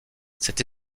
cette